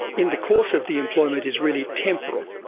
in the course of the employment is really temporal.